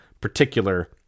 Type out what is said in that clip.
particular